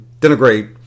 denigrate